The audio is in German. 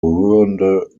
rührende